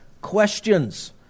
questions